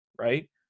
Right